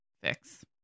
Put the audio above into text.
fix